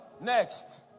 Next